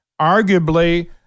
arguably